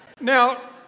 Now